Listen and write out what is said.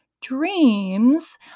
dreams